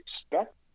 expect